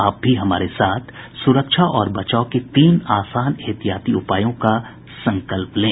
आप भी हमारे साथ सुरक्षा और बचाव के तीन आसान एहतियाती उपायों का संकल्प लें